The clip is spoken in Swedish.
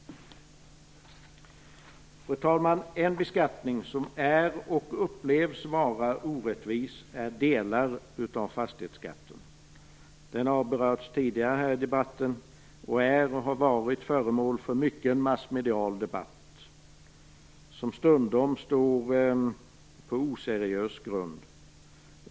Fru talman! En beskattning som är och som upplevs vara orättvis är delar av fastighetsskatten. Den har berörts tidigare i debatten och är och har varit föremål för mycken massmedial debatt, som stundom står på oseriös grund.